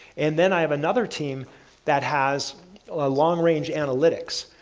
and then, i have another team that has a long-range analytics.